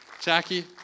Jackie